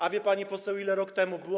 A wie pani poseł, ile rok temu było?